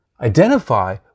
identify